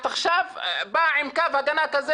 את עכשיו באה עם קו הגנה כזה.